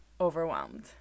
overwhelmed